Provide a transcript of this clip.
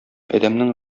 адәмнең